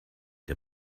der